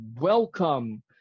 welcome